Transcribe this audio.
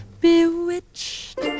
bewitched